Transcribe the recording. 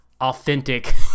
authentic